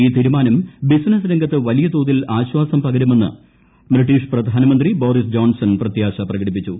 ഈ തീരുമാനം ബിസിനസ്സ് രംഗത്ത് വലിയ തോതിൽ ആശ്വാസം പകരുമെന്ന് ബ്രിട്ടീഷ് പ്രധാനമന്ത്രി ബോറിസ് ജോൺസൺ പ്രത്യാശ പ്രകടിപ്പിച്ചു